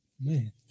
Man